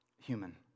human